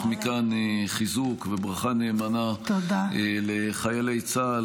מכאן חיזוק וברכה נאמנה לחיילי צה"ל,